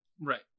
Right